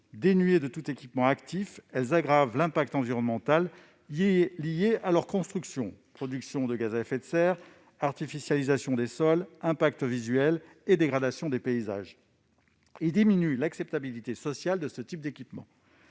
dénués de tout équipement actif, elles aggravent l'impact environnemental lié à leur construction, qu'il s'agisse de la production de gaz à effet de serre, de l'artificialisation des sols, de l'impact visuel ou de la dégradation des paysages. Elles diminuent l'acceptabilité sociale de ce type d'équipements.